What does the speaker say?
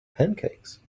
pancakes